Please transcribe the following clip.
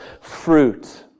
fruit